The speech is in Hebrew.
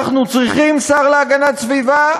אנחנו צריכים שר להגנת הסביבה,